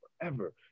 forever